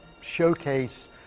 showcase